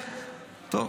טוב,